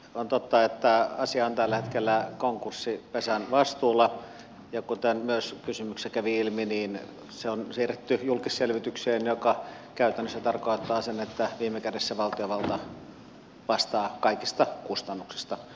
on totta että asia on tällä hetkellä konkurssipesän vastuulla ja kuten myös kysymyksessä kävi ilmi niin se on siirretty julkisselvitykseen mikä käytännössä tarkoittaa sitä että viime kädessä valtiovalta vastaa kaikista kustannuksista